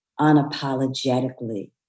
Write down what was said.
unapologetically